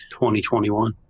2021